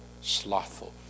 slothful